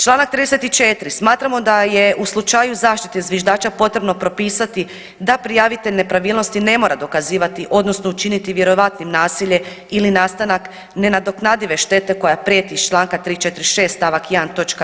Čl. 34., smatramo da je u slučaju zaštite zviždača potrebno propisati da prijavitelj nepravilnosti ne mora dokazivati odnosno učiniti vjerojatnim nasilje ili nastanak nenadoknadive štete koja prijeti iz čl. 346. st. 1. toč.